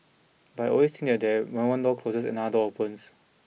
but I always think that when one door closes another door opens